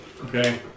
Okay